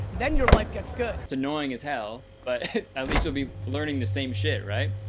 then your life gets good. it's annoying as hell. but at least you'll be learning the same shit, right?